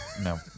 No